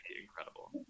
incredible